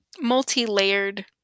multi-layered